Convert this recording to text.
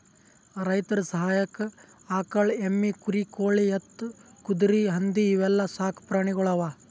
ರೈತರ್ ಸಹಾಯಕ್ಕ್ ಆಕಳ್, ಎಮ್ಮಿ, ಕುರಿ, ಕೋಳಿ, ಎತ್ತ್, ಕುದರಿ, ಹಂದಿ ಇವೆಲ್ಲಾ ಸಾಕ್ ಪ್ರಾಣಿಗೊಳ್ ಅವಾ